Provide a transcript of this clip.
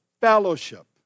fellowship